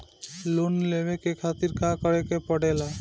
Loan लेवे के खातिर का करे के पड़ेला?